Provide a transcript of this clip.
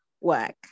work